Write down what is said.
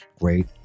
great